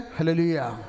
Hallelujah